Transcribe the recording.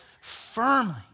firmly